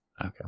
Okay